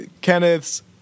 Kenneth's